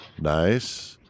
Nice